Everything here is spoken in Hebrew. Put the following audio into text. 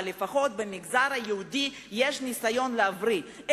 אבל לפחות במגזר היהודי יש ניסיון להבריא.